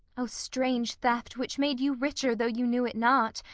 o strange theft, which made you richer though you knew it not,